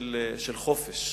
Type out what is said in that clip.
של חופש,